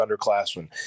underclassmen